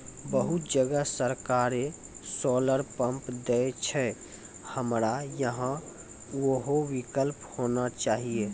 बहुत जगह सरकारे सोलर पम्प देय छैय, हमरा यहाँ उहो विकल्प होना चाहिए?